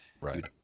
Right